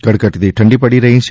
કડકડતી ઠંડી પડી રહી છે